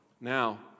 Now